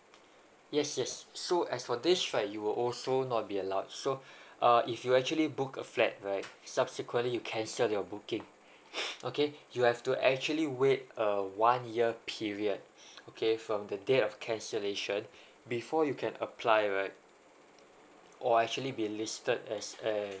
yes yes so as for this right you were also not be allowed so uh if you actually book a flat right subsequently you can sell your booking okay you have to actually wait err one year period okay from the date of cancellation before you can apply right or actually be listed as a